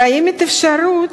יש אפשרות